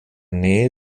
nähe